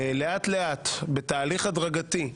לאט-לאט בתהליך הדרגתי,